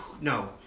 No